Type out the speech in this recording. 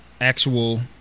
actual